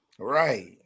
Right